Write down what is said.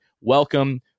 Welcome